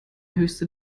höchste